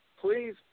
please